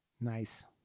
nice